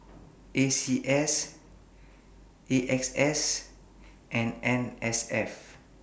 N C S A X S and N S F